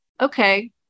Okay